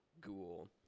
Ghoul